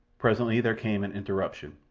presently there came an interruption.